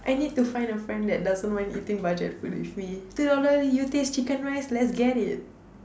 I need to find a friend that doesn't mind eating budget food with me two dollar U-taste chicken-rice let's get it